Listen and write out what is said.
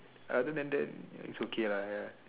other than that it's okay lah ya